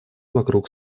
вокруг